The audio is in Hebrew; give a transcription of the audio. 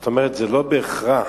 כלומר, זה לא בהכרח